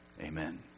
Amen